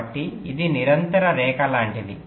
కాబట్టి ఇది నిరంతర రేఖ లాంటిది